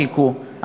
חיכו,